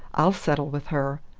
i'll settle with her!